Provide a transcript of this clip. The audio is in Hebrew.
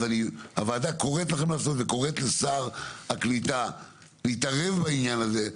אז הוועדה קוראת לכם לעשות את זה וקוראת לשר הקליטה להתערב בעניין הזה,